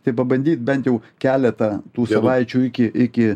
tai pabandyt bent jau keletą tų savaičių iki iki